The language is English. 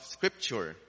Scripture